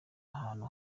ahantu